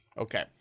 Okay